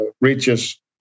reaches